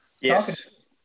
Yes